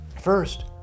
First